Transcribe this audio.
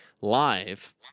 live